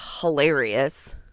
hilarious